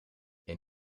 een